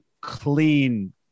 clean